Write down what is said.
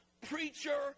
preacher